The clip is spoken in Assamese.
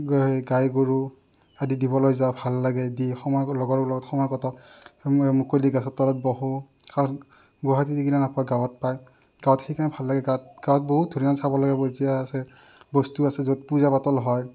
গ গাই গৰু আদি দিবলৈ যাওঁ ভাল লাগে দি সময় লগৰ লগত সময় কটাও মুকলি গছৰ তলত বহোঁ গুৱাহাটীত ইগলা নাপায় গাঁৱত পায় গাঁৱত সেইকাৰণে ভাল লাগে গাঁৱত গাঁৱত বহুত ধুনীয়া চাব লাগা আছে বস্তু আছে য'ত পূজা পাতল হয়